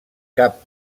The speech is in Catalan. cap